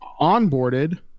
onboarded